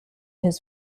his